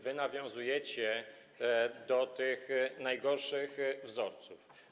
Wy nawiązujecie do tych najgorszych wzorców.